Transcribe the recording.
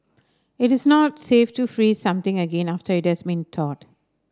it is not safe to freeze something again after it has thawed